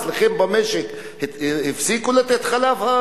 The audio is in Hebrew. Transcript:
אצלכם במשק הפרות הפסיקו לתת חלב?